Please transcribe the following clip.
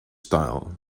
style